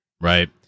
right